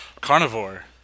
carnivore